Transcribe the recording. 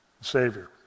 Savior